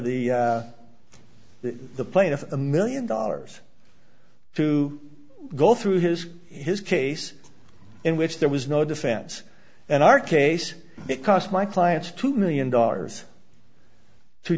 the the plaintiff a million dollars to go through his his case in which there was no defense and our case it cost my clients two million dollars to